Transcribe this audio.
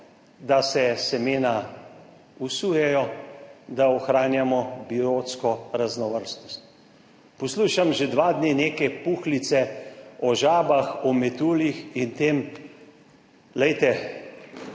da se semena vsujejo, da ohranjamo biotsko raznovrstnost. Poslušam že 2 dni neke puhlice o žabah, o metuljih in tem. Glejte,